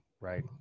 Right